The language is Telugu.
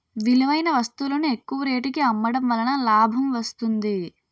విలువైన వస్తువులను ఎక్కువ రేటుకి అమ్మడం వలన లాభం వస్తుంది